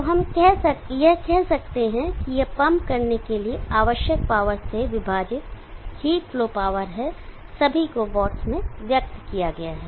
तो हम यह कह सकते हैं कि यह पंप करने के लिए आवश्यक पावर से विभाजित हीट फ्लो पावर है सभी को वाट्स में व्यक्त किया गया है